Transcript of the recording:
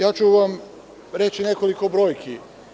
Ja ću vam reći nekoliko brojki.